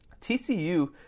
TCU